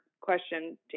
question